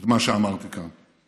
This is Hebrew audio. מה שאמרתי כאן,